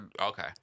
Okay